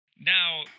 Now